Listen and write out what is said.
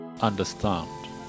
understand